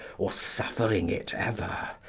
or suffering it ever,